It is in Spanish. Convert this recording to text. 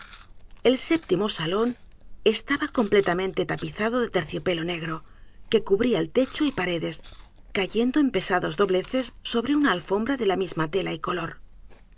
el séptimo salón estaba completamente tapizado de terciopelo n e g r o que cubría el techo y paredes cayendo en pesados dobleces sobre una alfombra de la misma tela y color